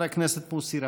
חבר הכנסת מוסי רז.